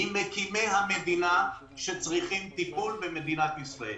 ממקימי המדינה, שצריכים טיפול במדינת ישראל.